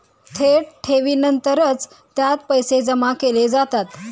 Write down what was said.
थेट ठेवीनंतरच त्यात पैसे जमा केले जातात